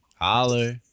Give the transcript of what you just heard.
Holler